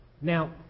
Now